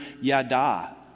yada